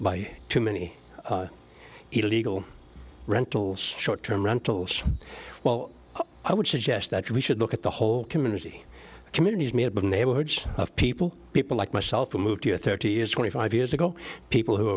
by too many illegal rentals short term rentals well i would suggest that we should look at the whole community communities may have been neighborhoods of people people like myself who moved here thirty years twenty five years ago people who